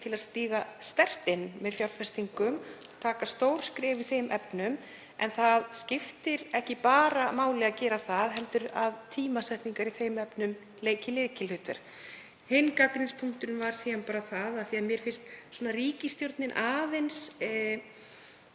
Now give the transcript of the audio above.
til að stíga sterkt inn með fjárfestingum, taka stór skref í þeim efnum. En það skiptir ekki bara máli að gera það heldur að tímasetningar í þeim efnum leiki lykilhlutverk. Hinn gagnrýnispunkturinn var síðan að mér finnst ríkisstjórnin aðeins